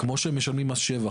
כמו שהם משלמים מס שבח,